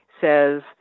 says